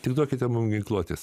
tik duokite mums ginkluotės